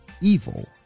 evil